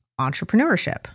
entrepreneurship